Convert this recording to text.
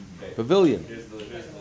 pavilion